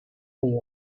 arriba